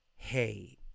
Hey